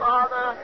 Father